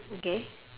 okay